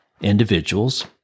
individuals